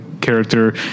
character